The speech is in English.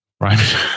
Right